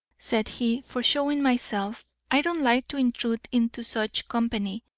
said he, for showing myself. i don't like to intrude into such company,